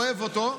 אוהב אותו,